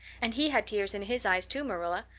and he had tears in his eyes too, marilla.